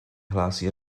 hlásí